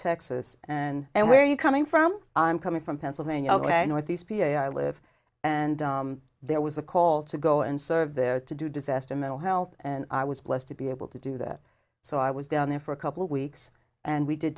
texas and and where are you coming from i'm coming from pennsylvania where northeast p a i live and there was a call to go and serve there to do disaster mental health and i was blessed to be able to do that so i was down there for a couple of weeks and we did